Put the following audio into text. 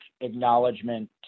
acknowledgement